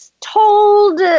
told